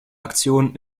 aktion